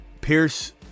pierce